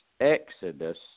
exodus